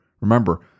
Remember